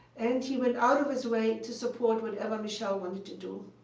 and he went out of his way to support whatever michelle wanted to do.